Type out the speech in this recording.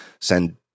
send